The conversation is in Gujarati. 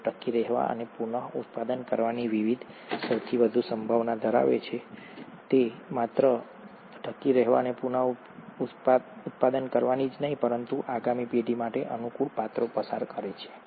તેઓ ટકી રહેવા અને પુનઃઉત્પાદન કરવાની સૌથી વધુ સંભાવના ધરાવે છે અને માત્ર ટકી રહેવા અને પુનઃઉત્પાદન કરવાની જ નહીં પરંતુ આગામી પેઢી માટે અનુકૂળ પાત્રો પસાર કરે છે